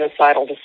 genocidal